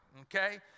Okay